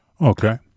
Okay